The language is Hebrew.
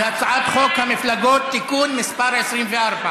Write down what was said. על הצעת חוק המפלגות (תיקון מס' 24)